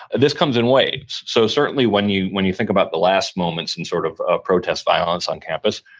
this comes in waves. so certainly, when you when you think about the last moments in sort of ah protest violence on campus,